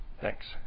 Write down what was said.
Thanks